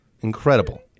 incredible